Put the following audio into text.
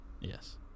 Yes